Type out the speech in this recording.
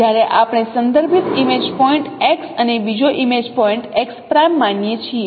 જ્યારે આપણે સંદર્ભિત ઇમેજ પોઇન્ટ x અને બીજો ઇમેજ પોઇન્ટ x' માનીએ છીએ